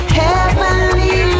heavenly